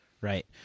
right